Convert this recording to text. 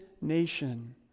nation